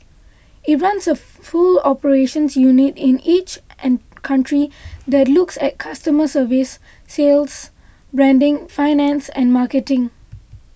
it runs a full operations unit in each an country that looks at customer service sales branding finance and marketing